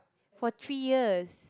for three years